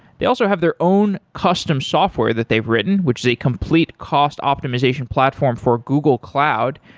they also have their own custom software that they've written, which is a complete cost optimization platform for google cloud,